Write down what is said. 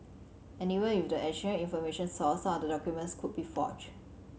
and even with the additional information sourced some of the documents could be forged